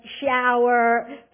shower